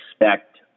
expect